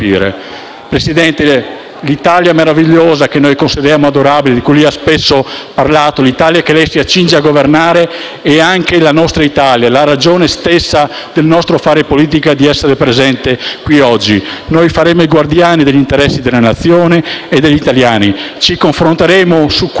Presidente, l'Italia meravigliosa, che noi consideriamo adorabile, di cui lei ha spesso parlato e che si accinge a governare, è anche la nostra Italia, la ragione stessa del nostro fare politica e del nostro essere presenti in questa sede oggi. Noi saremo i guardiani degli interessi della Nazione e degli italiani; ci confronteremo su questo terreno;